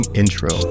intro